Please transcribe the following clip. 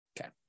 Okay